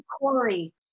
Corey